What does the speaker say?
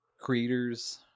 creators